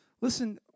Listen